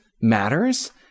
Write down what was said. matters